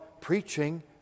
preaching